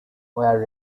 were